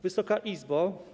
Wysoka Izbo!